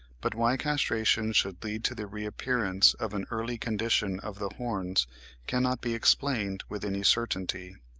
but why castration should lead to the reappearance of an early condition of the horns cannot be explained with any certainty.